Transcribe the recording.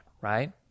right